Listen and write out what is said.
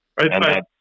Right